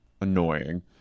annoying